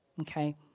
okay